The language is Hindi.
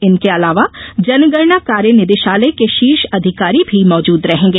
इनके अलावा जनगणना कार्य निदेशालय के शीर्ष अधिकारी भी मौजूद रहेंगे